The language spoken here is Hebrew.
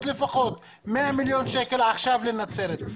לפחות 100 מיליון שקלים עכשיו לנצרת.